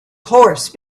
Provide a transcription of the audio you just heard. horse